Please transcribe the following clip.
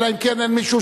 אלא אם כן אין מישהו